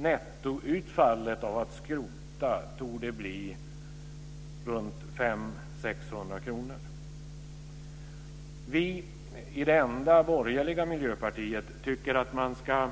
Nettoutfallet av att skrota torde bli 500-600 kronor. Vi i det enda borgerliga miljöpartiet tycker att man ska